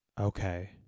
okay